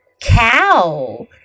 cow